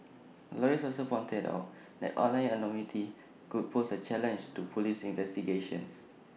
lawyers also pointed out that online anonymity could pose A challenge to Police investigations